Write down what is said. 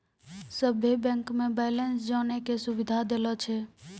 सभे बैंक मे बैलेंस जानै के सुविधा देलो छै